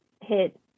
hit